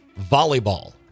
volleyball